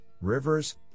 rivers